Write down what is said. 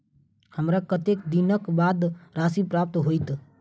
हमरा कत्तेक दिनक बाद राशि प्राप्त होइत?